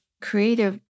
creative